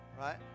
right